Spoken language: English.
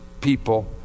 people